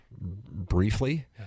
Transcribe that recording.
briefly